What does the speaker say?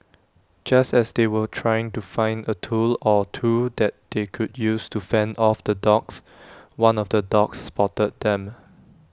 just as they were trying to find A tool or two that they could use to fend off the dogs one of the dogs spotted them